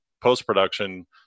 post-production